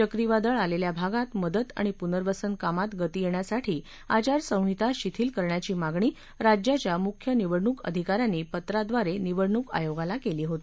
चक्रीवादळ आलेल्या भागात मदत आणि पूनर्वसन कामात गती येण्यासाठी आचारसंहिता शिथिल करण्याची मागणी राज्याच्या मुख्य निवडणूक अधिका यांनी पत्राद्वारे निवडणूक आयोगाला केली होती